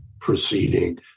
proceeding